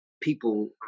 people